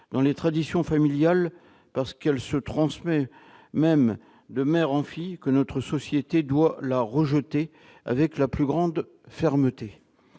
dans les traditions familiales, parce qu'elle se transmet même de mère en fille, que notre société doit la rejeter avec la plus grande fermeté